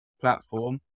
platform